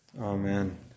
Amen